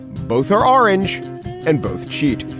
both are orange and both cheat.